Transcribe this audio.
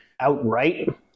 outright